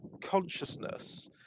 consciousness